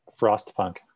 Frostpunk